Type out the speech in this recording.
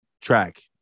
track